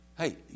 Hey